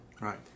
Right